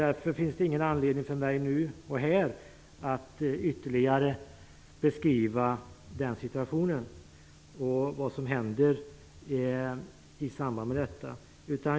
Därför finns det ingen anledning för mig att nu och här ytterligare beskriva den situationen och vad som händer i samband med detta.